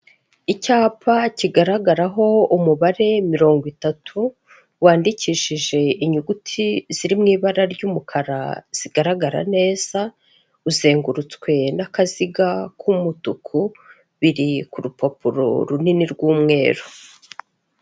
Icyapa kigaragaraho umubare mirongo itatu, wandikishije inyuguti ziri mu ibara ry'umukara zigaragara neza, uzengurutswe n'akaziga k'umutuku, biri ku rupapuro runini rw'umweru.